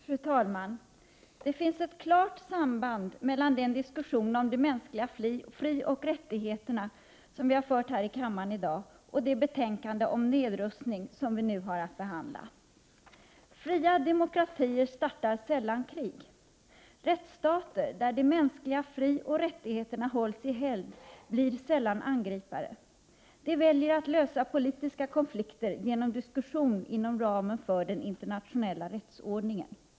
Fru talman! Det finns ett klart samband mellan den diskussion om de mänskliga frioch rättigheterna, som vi fört här i kammaren i dag, och det betänkande om nedrustning som vi nu har att behandla. Fria demokratier startar sällan krig. Rättsstater, där de mänskliga frioch rättigheterna hålls i helgd, blir sällan angripare. De väljer att lösa politiska konflikter genom diskussion inom ramen för den internationella rättsordningen.